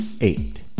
Eight